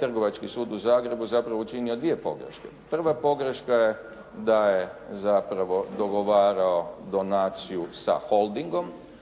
Trgovački sud u Zagrebu učinio dvije pogreške. Prva pogreška je da je zapravo dogovarao donaciju sa Holdingom.